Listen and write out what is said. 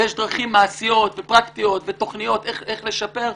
ויש דרכים מעשיות ופרקטיות ותוכניות איך לשפר,